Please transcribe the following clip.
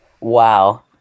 Wow